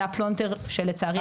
זה הפלונטר שלצערי קיים.